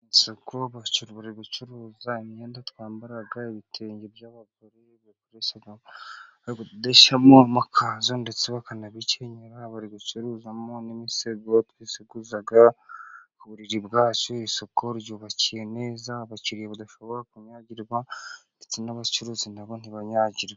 Isako abakira bari gucuruza imyenda twambara, ibitenge by'abagore bari kubidodeshamo amakanzu ndetse bakanabikenyera. Bari gucuruzamo n'imisego biseguza ku buriri. Isoko ryubakiwe neza ku buryo abakiriya badashobora kunyagirwa ndetse n'abacuruzi na bo ntibanyagirwa.